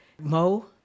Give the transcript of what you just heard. Mo